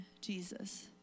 Jesus